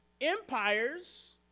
Empires